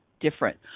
different